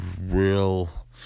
real